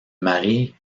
marie